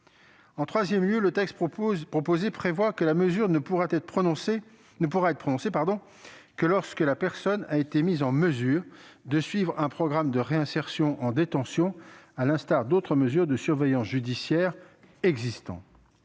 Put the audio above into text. En troisième lieu, le texte prévoit que la mesure ne pourra être prononcée que lorsque l'individu concerné aura pu suivre un programme de réinsertion en détention, à l'instar d'autres mesures de surveillance judiciaire existantes.